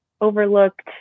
overlooked